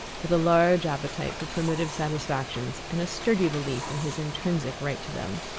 with a large appetite for primitive satisfactions and a sturdy belief in his intrinsic right to them.